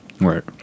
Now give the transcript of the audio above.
Right